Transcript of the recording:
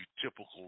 typical